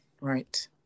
right